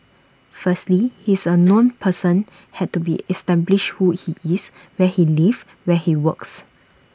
firstly he is A known person had to be establish who he is where he lives where he works